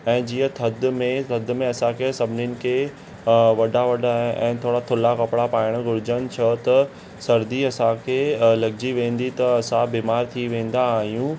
ऐं जींअ थधि में थधि में असांखे सभिनीनि खे वॾा वॾा ऐं थोरा थुल्हा कपिड़ा पाइणु घुरिजनि छो त सर्दी असांखे लॻजी वेंदी त असां बीमारु थी वेंदा आहियूं